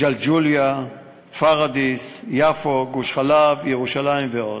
ג'לג'וליה, פוריידיס, יפו, גוש-חלב, ירושלים ועוד.